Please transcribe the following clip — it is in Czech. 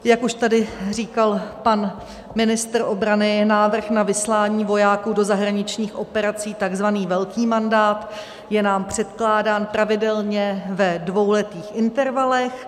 Jak už tady říkal pan ministr obrany, návrh na vyslání vojáků do zahraničních operací, tzv. velký mandát, je nám předkládán pravidelně ve dvouletých intervalech.